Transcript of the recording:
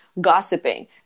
gossiping